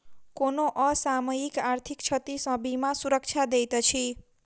कोनो असामयिक आर्थिक क्षति सॅ बीमा सुरक्षा दैत अछि